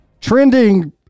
Trending